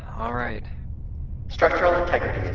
alright structural integrity